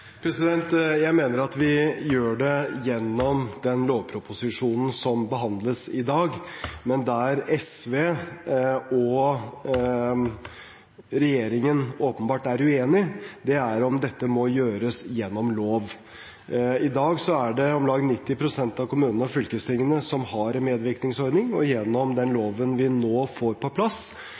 Jeg mener at vi gjør det gjennom den lovproposisjonen som behandles i dag, men der SV og regjeringen åpenbart er uenige, er om dette må gjøres gjennom lov. I dag har om lag 90 pst. av kommunene og fylkestingene en medvirkningsordning, og gjennom den loven vi nå får på plass,